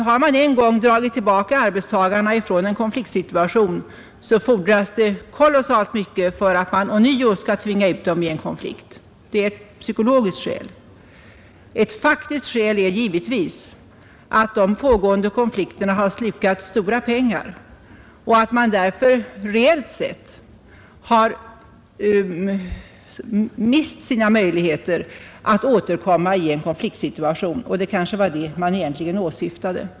Har man en gång dragit tillbaka arbetstagarna från en konfliktsituation fordras det kolossalt mycket för att man ånyo skall tvinga ut dem i en konflikt. Det är ett psykologiskt skäl. Ett faktiskt skäl är givetvis att de pågående konflikterna har slukat stora pengar och att man därför reellt sett har mist sina möjligheter att återkomma i en konfliktsituation; och det kanske var det som egentligen åsyftades.